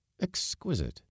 exquisite